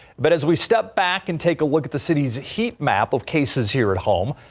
but as we step back and take a look at the city's a heat map of cases here at home.